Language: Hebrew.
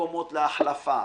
מקומות להחלפה.